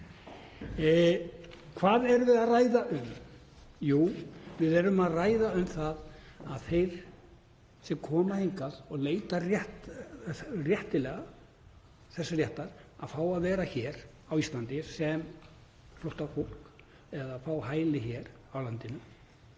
Hvað erum við að ræða um? Jú, við erum að ræða um það að þeir sem koma hingað og leita réttilega þess réttar að fá að vera hér á Íslandi, flóttafólk, fólk sem fær hæli hér á landi,